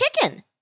kicking